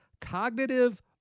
cognitive